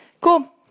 Cool